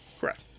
Correct